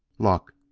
luck,